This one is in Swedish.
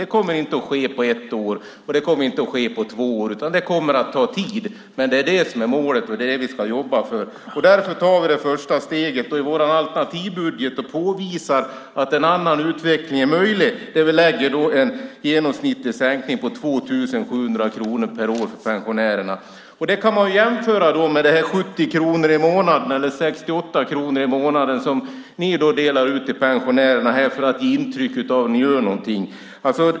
Det kommer inte att ske på ett år, det kommer inte att ske på två år, utan det kommer att ta tid. Det är dock målet och det som vi ska jobba för. Vi tar därför det första steget i vår alternativbudget och påvisar att en annan utveckling är möjlig genom att vi lägger en genomsnittlig sänkning på 2 700 kronor per år för pensionärerna. Det kan man jämföra med de 68 eller 70 kronor i månaden som ni delar ut till pensionärerna för att ge intryck av att ni gör något.